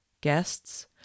guests